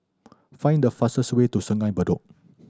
find the fastest way to Sungei Bedok